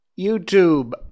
YouTube